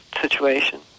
situation